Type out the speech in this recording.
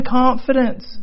confidence